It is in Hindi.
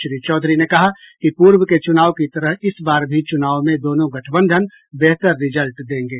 श्री चौधरी ने कहा कि पूर्व के चुनाव की तरह इस बार भी चुनाव में दोनों गठबंधन बेहतर रिजल्ट देंगे